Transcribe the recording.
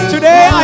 Today